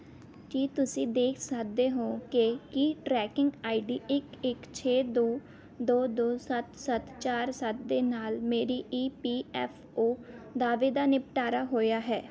ਕੀ ਤੁਸੀਂ ਦੇਖ ਸਕਦੇ ਹੋ ਕਿ ਕੀ ਟਰੈਕਿੰਗ ਆਈ ਡੀ ਇੱਕ ਇੱਕ ਛੇ ਦੋ ਦੋ ਦੋ ਸੱਤ ਸੱਤ ਚਾਰ ਸੱਤ ਦੇ ਨਾਲ ਮੇਰੇ ਈ ਪੀ ਐਫ ਓ ਦਾਅਵੇ ਦਾ ਨਿਪਟਾਰਾ ਹੋਇਆ ਹੈ